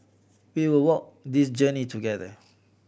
we will walk this journey together